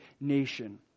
nation